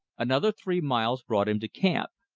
another three miles brought him to camp.